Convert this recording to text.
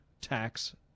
tax